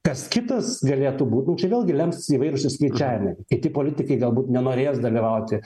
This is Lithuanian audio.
kas kitas galėtų būt nu čia vėlgi lems įvairūs įskaičiavimai kiti politikai galbūt nenorės dalyvauti